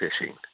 fishing